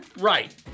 Right